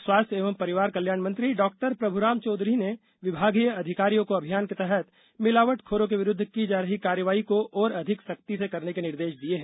लोक स्वास्थ्य एवं परिवार कल्याण मंत्री डॉप्रभुराम चौधरी ने विभागीय अधिकारियों को अभियान के तहत भिलावटखोरों के विरुद्ध की जा रही कार्यवाही को और अधिक सख्ती से करने के निर्देश दिए है